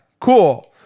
Cool